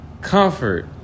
Comfort